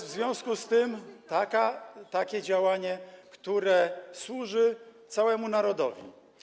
w związku z tym takie działanie, które służy całemu narodowi.